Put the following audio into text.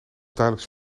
duidelijk